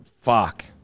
fuck